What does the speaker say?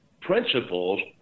principles